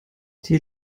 die